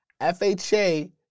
FHA